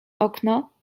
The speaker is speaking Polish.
okno